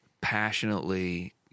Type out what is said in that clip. passionately